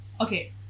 Okay